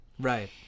Right